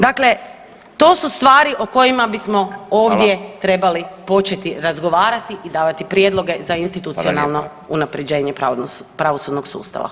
Dakle, to su stvari o kojima bismo ovdje trebali početi razgovarati i davati prijedloge za institucionalno unaprjeđenje pravosudnog sustava.